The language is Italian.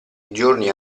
giorni